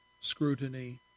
scrutiny